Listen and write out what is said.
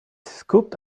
scooped